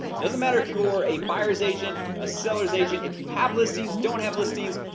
doesn't matter if you're a buyer's agent, a seller's agent, if you have listings, don't have listings.